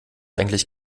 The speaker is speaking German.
eigentlich